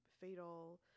fatal